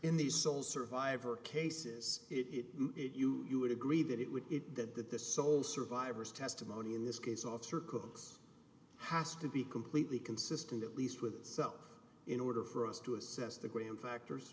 in the sole survivor cases it you would agree that it would it that that the sole survivors testimony in this case officer cooks has to be completely consistent at least with self in order for us to assess the grand factors